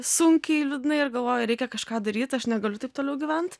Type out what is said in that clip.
sunkiai liūdnai ir galvoju reikia kažką daryt aš negaliu taip toliau gyvent